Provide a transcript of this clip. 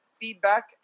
feedback